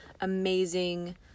amazing